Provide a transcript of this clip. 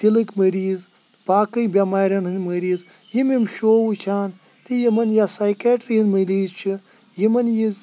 دِلٕکۍ مٔریٖز باقٕے بٮ۪مارٮ۪ن ہِنٛدۍ مٔریٖز یِم یِم شو وٕچھان تہٕ یِمن یا سایکیٛٹری ہِنٛدۍ مٔریٖز چھِ یِمن یہِ